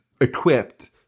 equipped